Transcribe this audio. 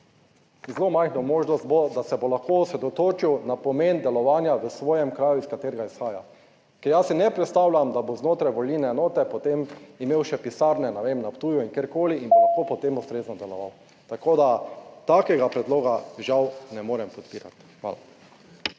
Zelo majhna možnost bo, da se bo lahko osredotočil na pomen delovanja v svojem kraju iz katerega izhaja, ker jaz si ne predstavljam, da bo znotraj volilne enote potem imel še pisarne, ne vem, na Ptuju in kjerkoli in bo lahko potem ustrezno deloval. Tako, da takega predloga žal ne morem podpirati. Hvala.